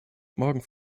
morgen